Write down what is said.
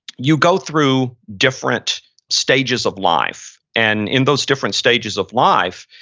you go through different stages of life. and in those different stages of life,